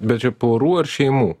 bet čia porų ar šeimų